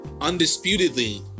Undisputedly